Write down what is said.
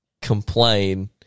complain